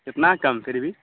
کتنا کم پھر بھی